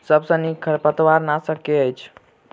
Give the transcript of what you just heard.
सबसँ नीक खरपतवार नाशक केँ अछि?